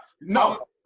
No